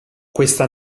questa